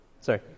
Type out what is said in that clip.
Sorry